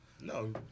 no